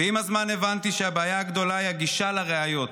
עם הזמן הבנתי שהבעיה הגדולה היא הגישה לראיות: